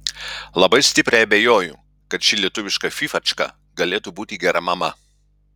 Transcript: labai stipriai abejoju kad ši lietuviška fyfačka galėtų būti gera mama